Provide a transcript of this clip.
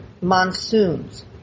monsoons